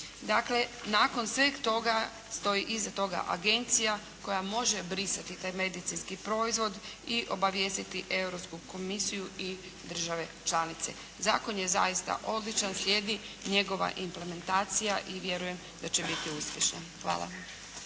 Dakle nakon sveg toga stoji iza toga agencija koja može brisati taj medicinski proizvod i obavijestiti Europsku komisiju i države članice. Zakon je zaista odličan. Slijedi njegova implementacija i vjerujem da će biti uspješan. Hvala.